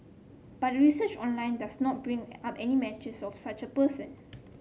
but a research online does not bring up any matches of such a person